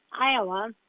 Iowa